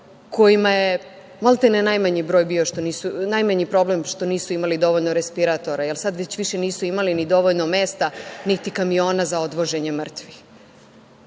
kojima je maltene najmanji problem što nisu imali dovoljno respiratora, jer sad već više nisu imali ni dovoljno mesta, niti kamiona za odvoženje mrtvih. Čini